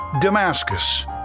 Damascus